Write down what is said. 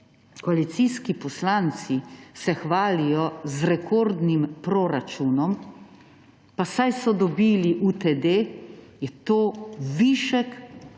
koalicijski poslanci hvalijo z rekordnim proračunom, pa saj so dobili UTD, je to višek,